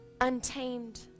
untamed